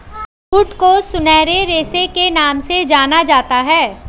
jute को सुनहरे रेशे के नाम से जाना जाता है